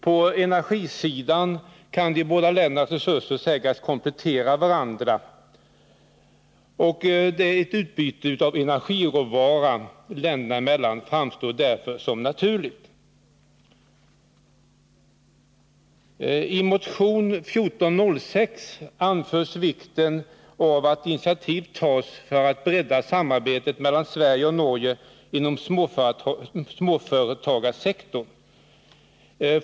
På energisidan kan de båda ländernas resurser sägas komplettera varandra. Detta utbyte av energiråvaror länderna emellan framstår därför som naturligt. I motion 1406 framhålls vikten av att initiativ tas för att bredda samarbetet mellan Sverige och Norge inom småföretagarsektorn.